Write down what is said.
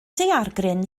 daeargryn